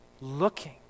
looking